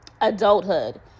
adulthood